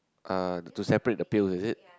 uh to separate the pill is it